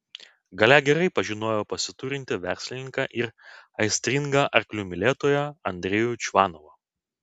galia gerai pažinojo pasiturintį verslininką ir aistringą arklių mylėtoją andrejų čvanovą